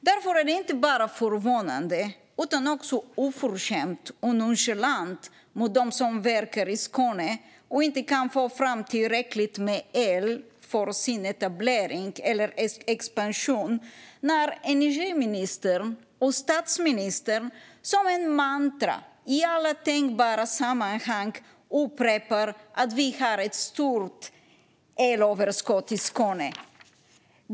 Därför är det inte bara förvånande utan också oförskämt och nonchalant mot dem som verkar i Skåne och inte kan få fram tillräckligt med el för sin etablering eller expansion när energiministern och statsministern som ett mantra i alla tänkbara sammanhang upprepar att vi har ett stort elöverskott i Skåne.